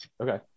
Okay